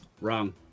Wrong